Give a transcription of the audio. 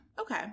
okay